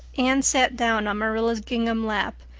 anne sat down on marilla's gingham lap,